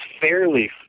fairly